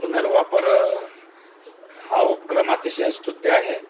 पुनर्वापर हा उपक्रम अतिशय स्तृत्य आहे